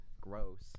Gross